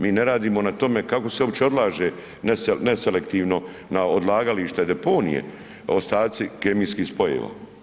Mi ne radimo na tome kako se uopće odlaže neselektivno na odlagalište deponije ostaci kemijskih spojeva.